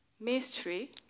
Mystery